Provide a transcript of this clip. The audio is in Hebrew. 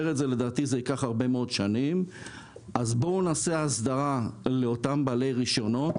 אז בואו נעשה הסדרה כפי שצריך לאותם בעלי רישיונות,